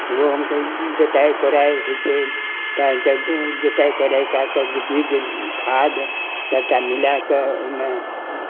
गहूमके जोताइ कोड़ाइ होइ छै तखनसँ जोताइ कोड़ाइ कए कऽ बीज खाद सभटा मिलाए कऽ ओहिमे